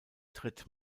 tritt